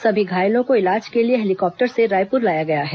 सभी घायलों को इलाज के लिए हेलीकॉप्टर से रायपुर लाया गया है